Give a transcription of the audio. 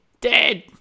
Dead